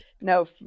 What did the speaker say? no